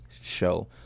show